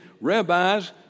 rabbis